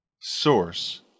source